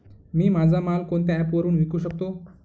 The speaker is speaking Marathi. मी माझा माल कोणत्या ॲप वरुन विकू शकतो?